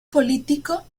político